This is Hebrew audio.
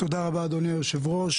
תודה רבה, אדוני היושב-ראש.